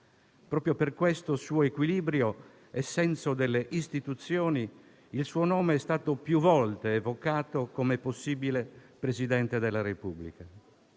Proprio per questo suo equilibrio e senso delle istituzioni, il suo nome è stato più volte evocato come possibile Presidente della Repubblica.